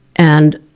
and